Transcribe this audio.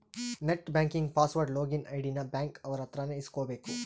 net banking password login ID ನ bank ಅವ್ರ ಅತ್ರ ನೇ ಇಸ್ಕಬೇಕು